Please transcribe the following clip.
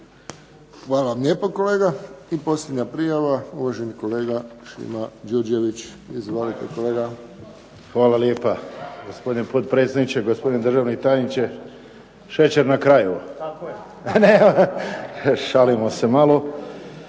vam lijepo kolega. I posljednja prijava, uvaženi kolega Šimo Đurđević. **Đurđević, Šimo (HDZ)** Hvala lijepa. Gospodine potpredsjedniče, gospodine državni tajniče. Šećer na kraju. Šalimo se malo.